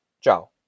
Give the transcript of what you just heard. Ciao